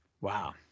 Wow